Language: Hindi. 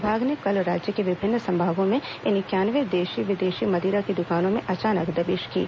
विभाग ने कल राज्य के विभिन्न संभागो में इंक्यानवे देशी विदेशी मदिरा की दुकानों में अचानक दबिश दी